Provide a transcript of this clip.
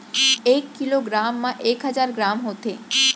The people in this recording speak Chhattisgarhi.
एक किलो ग्राम मा एक हजार ग्राम होथे